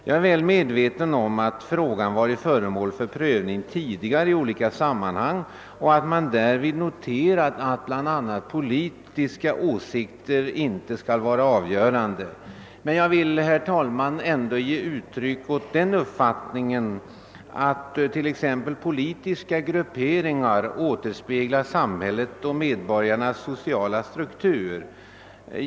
Jag är väl medveten om att frågan tidigare i olika sammanhang varit föremål för prövning och att man därvid noterat att bl.a. politiska åsikter inte skall vara avgörande, men jag vill, herr talman, ändå ge uttryck åt den uppfattningen att t.ex. politiska grupperingar återspeglar samhällets och medborgarnas sociala struktur.